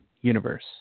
Universe